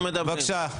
יוראי להב הרצנו, בבקשה.